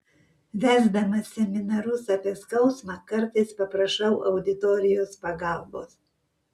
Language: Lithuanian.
vesdamas seminarus apie skausmą kartais paprašau auditorijos pagalbos